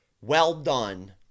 well-done